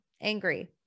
angry